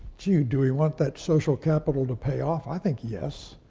gee, do we want that social capital to pay off? i think yes.